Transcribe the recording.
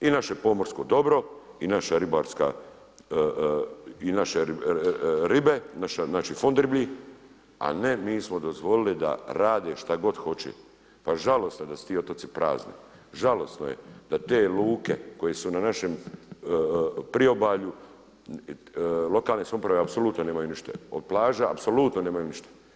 I naše pomorsko dobro i naša ribarska, naše ribe, naš fond riblji, a ne mi smo dozvolili da rade šta god hoće, pa žalosno da su ti otoci prazni, žalosno je da te luke koje su na našem priobalju lokalne samouprave apsolutno nemaju ništa od plaža, apsolutno nemaju ništa.